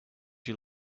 you